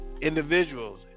individuals